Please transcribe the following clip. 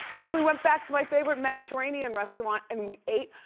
and we went back to my favorite mediterranean restaurant and we ate,